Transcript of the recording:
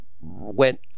went